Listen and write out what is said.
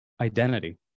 Identity